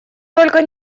только